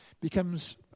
becomes